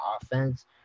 offense